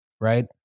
right